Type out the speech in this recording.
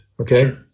okay